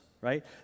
right